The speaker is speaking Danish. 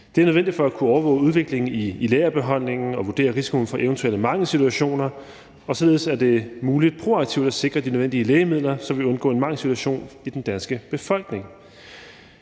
Det er nødvendigt for at kunne overvåge udviklingen i lagerbeholdningen og vurdere risikoen for eventuelle mangelsituationer, og således er det muligt proaktivt at sikre de nødvendige lægemidler, så vi undgår en mangelsituation i den danske befolkning.